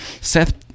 Seth